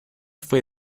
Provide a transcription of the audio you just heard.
fue